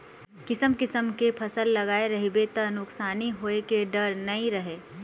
किसम किसम के फसल लगाए रहिबे त नुकसानी होए के डर नइ रहय